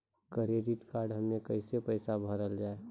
Credit card हम्मे कैसे पैसा भरल जाए?